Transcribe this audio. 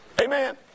Amen